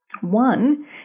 One